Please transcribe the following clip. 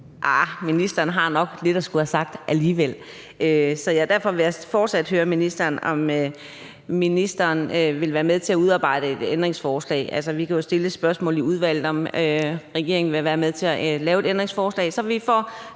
ministeren har nok lidt at skulle have sagt alligevel. Så derfor vil jeg fortsat gerne høre, om ministeren vil være med til at udarbejde et ændringsforslag. Altså, vi kan jo stille et spørgsmål i udvalgsbehandlingen, om regeringen vil være med til at lave et ændringsforslag,